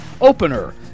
opener